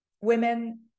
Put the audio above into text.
women